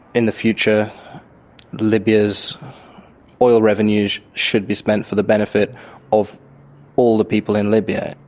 in the future libya's oil revenues should be spent for the benefit of all the people in libya.